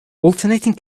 alternating